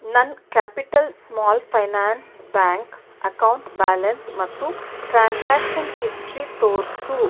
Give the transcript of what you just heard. ನನ್ನ capital small finance bank account balance ಮತ್ತು transaction history ತೋರಿಸು